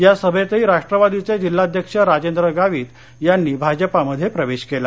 या सभेतही राष्ट्रवादीचे जिल्हाध्यक्ष राजेंद्र गावित यांनी भाजपामध्ये प्रवेश केला